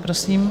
Prosím.